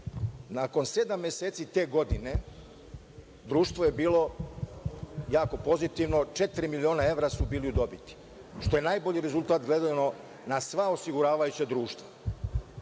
Nakon sedam meseci te godine društvo je bilo jako pozitivno, četiri miliona evra su bili u dobiti, što je najbolji rezultat gledano na sva osiguravajuća društva.